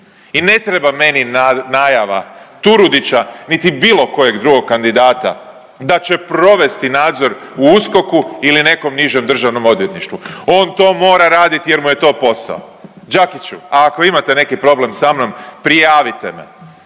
I ne treba meni najava Turudića niti bilo kojeg drugog kandidata da će provesti nadzor u USKOK-u ili nekom nižem državnom odvjetništvu, on to mora radit jer mu je toj posao. Đakiću ako imate neki problem sa mnom prijavite me,